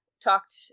Talked